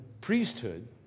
priesthood